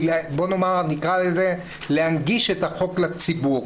נקרא לזה "להנגיש את החוק לציבור".